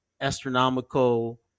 astronomical